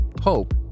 hope